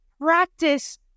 practice